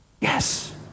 Yes